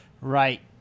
Right